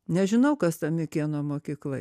nežinau kas ta mikėno mokykla